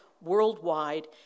worldwide